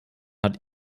hat